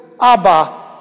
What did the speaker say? Abba